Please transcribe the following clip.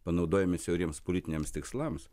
panaudojami siauriems politiniams tikslams